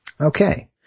Okay